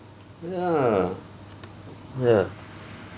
ya ya